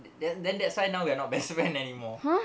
then then that's why now we are not best friend anymore